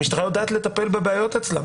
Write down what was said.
המשטרה יודעת לטפל בבעיות אצלה.